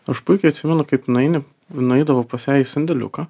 aš puikiai atsimenu kaip nueini nueidavau pas ją į sandėliuką